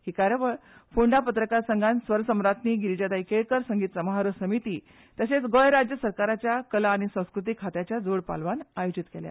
ही कार्यावळ फोंडें पत्रकार संघान स्वरसम्राज्ञी गिरीजाताई केळेकार संगीत समारोह समिती तशेंच गोंय राज्य सरकाराच्या कला आनी संस्कृती खात्याच्या जोड पालवान आयोजीत केल्या